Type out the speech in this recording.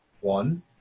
one